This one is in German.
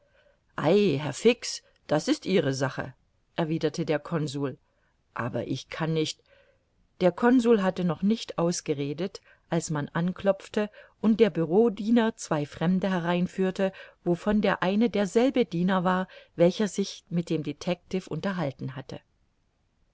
fix das ist ihre sache erwiderte der consul aber ich kann nicht der consul hatte noch nicht ausgeredet als man anklopfte und der bureaudiener zwei fremde hereinführte wovon der eine derselbe diener war welcher sich mit dem detective unterhalten hatte